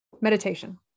meditation